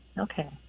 Okay